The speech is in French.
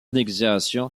négociation